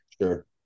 Sure